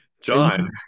John